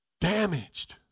damaged